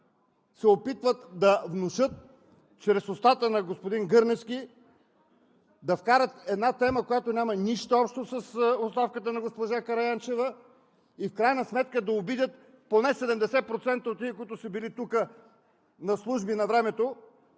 се опитват да внушат чрез устата на господин Гърневски, да вкарат тема, която няма нищо общо с оставката на госпожа Караянчева, и в крайна сметка да обидят поне 70% от тези, които са били тук на служби навремето,